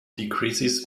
decreases